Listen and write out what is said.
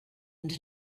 and